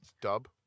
Dub